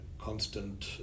constant